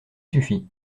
suffi